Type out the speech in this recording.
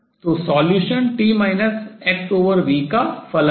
तो हल t xv का फलन है